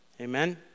amen